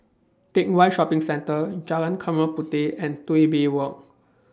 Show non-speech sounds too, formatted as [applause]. Teck Whye Shopping Centre Jalan Chempaka Puteh and [unintelligible] Bay Walk